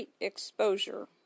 Exposure